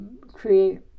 create